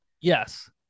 Yes